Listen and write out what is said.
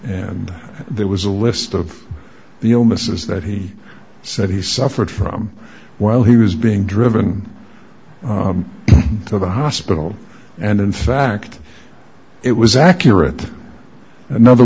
and there was a list of the illness is that he said he suffered from while he was being driven to the hospital and in fact it was accurate another